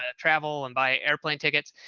ah travel and buy airplane tickets,